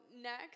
next